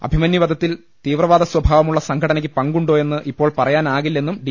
അഭിമന്യു വധത്തിൽ തീവ്രവാദ സ്വഭാവമുള്ള സംഘടനയ്ക്ക് പങ്കുണ്ടോ എന്ന് ഇപ്പോൾ പറയാനാകില്ലെന്നും ഡി